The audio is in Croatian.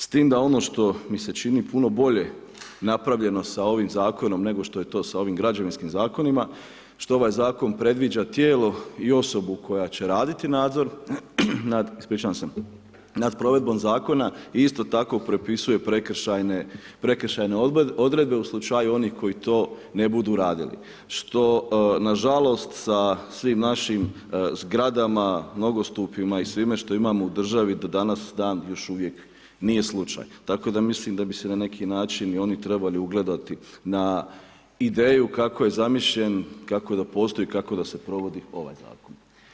S tim da ono što mi se čini puno bolje napravljeno sa ovim zakonom nego što je to sa ovim građevinskim zakonima, što ovaj zakon predviđa tijelo i osobu koja će nadzor nad provedbom zakona i isto tako propisuje prekršajne odredbe u slučaju onih koji to ne budu radili što nažalost sa svim našim zgradama, nogostupima i svime što imamo u državi do danas dan još uvijek nije slučaj tako da mislim da bi se na nekim način oni trebali ugledati na ideju kako je zamišljen, kako da postoji, kako da se provodi ovaj zakon.